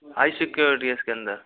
high security है इसके अंदर